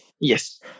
Yes